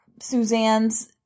Suzanne's